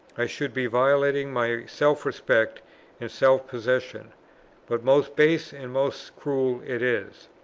i should be violating my self-respect and self-possession but most base and most cruel it is.